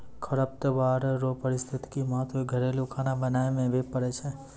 खरपतवार रो पारिस्थितिक महत्व घरेलू खाना बनाय मे भी पड़ै छै